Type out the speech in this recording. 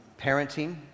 parenting